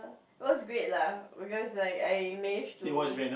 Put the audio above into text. was great lah because like I managed to